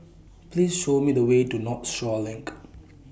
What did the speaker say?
Please Show Me The Way to Northshore LINK